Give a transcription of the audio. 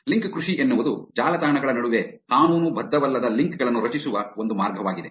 link ಕೃಷಿ ಎನ್ನುವುದು ಜಾಲತಾಣಗಳ ನಡುವೆ ಕಾನೂನುಬದ್ಧವಲ್ಲದ ಲಿಂಕ್ ಗಳನ್ನು ರಚಿಸುವ ಒಂದು ಮಾರ್ಗವಾಗಿದೆ